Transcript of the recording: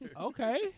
Okay